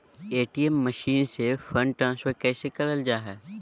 ATM machine से fund transfer कैसे करल जा है?